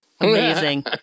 amazing